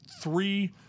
three